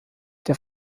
der